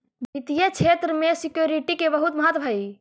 वित्तीय क्षेत्र में सिक्योरिटी के बहुत महत्व हई